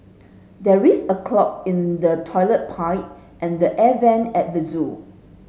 there is a clog in the toilet pipe and the air vent at the zoo